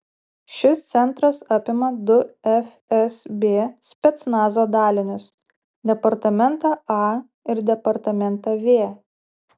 šis centras apima du fsb specnazo dalinius departamentą a ir departamentą v